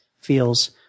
feels